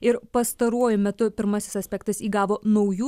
ir pastaruoju metu pirmasis aspektas įgavo naujų